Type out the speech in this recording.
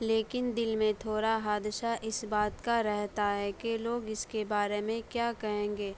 لیکن دل میں تھوڑا حادثہ اس بات کا رہتا ہے کہ لوگ اس کے بارے میں کیا کہیں گے